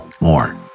more